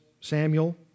Samuel